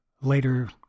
Later